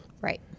Right